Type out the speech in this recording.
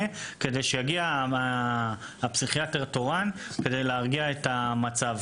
כדי שיגיע הפסיכיאטר תורן כדי להרגיע את המצב.